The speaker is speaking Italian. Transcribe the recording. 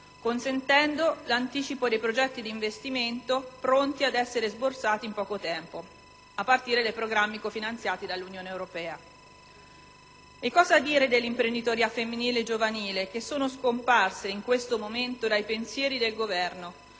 consentendo l'anticipo dei progetti di investimento pronti ad essere sborsati in poco tempo, a partire dai programmi cofinanziati dall'Unione europea. Cosa dire dell'imprenditoria femminile e giovanile che sono scomparse in questo momento dai pensieri del Governo